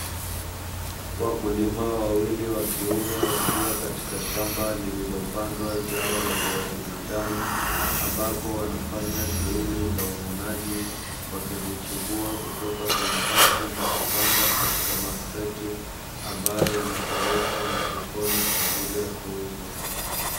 Wakulima wawili wa kiume wakiwa katika shamba lililopandwa zao la viazi vitamu, ambapo wanafanya shughuli za uvunaji, wakivichimbua kutoka kwenye ardhi na kupanga katika makreti, ambayo yanapelekwa masokoni kwa ajili ya kuuzwa.